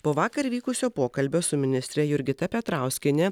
po vakar vykusio pokalbio su ministre jurgita petrauskiene